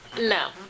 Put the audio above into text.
No